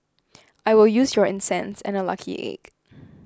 I will use your incense and a lucky egg